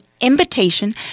invitation